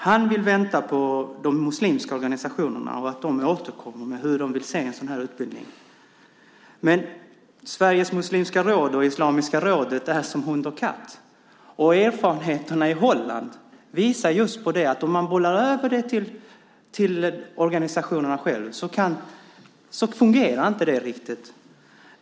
Han vill vänta på att de muslimska organisationerna återkommer med hur de vill ha en sådan utbildning. Men Sveriges Muslimska Råd och Islamiska rådet är som hund och katt. Och erfarenheterna i Holland visar just att om man bollar över detta till organisationerna själva så fungerar det inte riktigt.